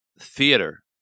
theater